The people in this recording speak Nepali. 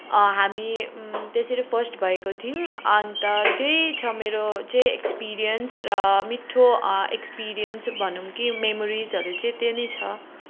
हामी त्यसरी फर्स्ट भएको थियौँ अन्त त्यही छ मेरो चाहिँ एक्सपिरियन्स र मिठो एक्सपिरियन्स भनौँ कि मेमोरिजहरू चाहिँ त्यो नै छ